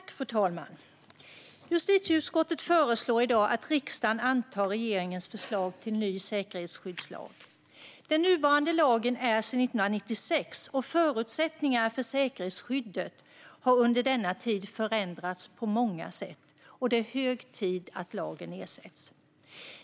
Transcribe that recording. Fru talman! Justitieutskottet föreslår i dag att riksdagen antar regeringens förslag till ny säkerhetsskyddslag. Den nuvarande lagen är från 1996, och förutsättningarna för säkerhetsskyddet har under denna tid förändrats på många sätt. Det är hög tid att lagen ersätts.